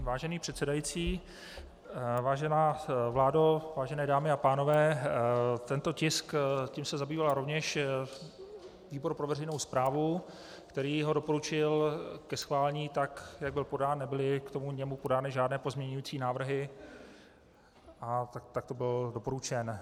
Vážený předsedající, vážená vládo, vážené dámy a pánové, tímto tiskem se zabýval rovněž výbor pro veřejnou správu, který ho doporučil ke schválení tak, jak byl podán, nebyly k němu podány žádné pozměňovací návrhy a takto byl doporučen.